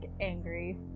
angry